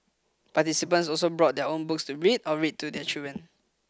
participants also brought their own books to read or read to their children